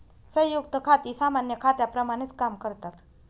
संयुक्त खाती सामान्य खात्यांप्रमाणेच काम करतात